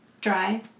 dry